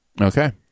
Okay